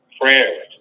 prayers